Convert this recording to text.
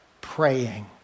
praying